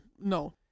no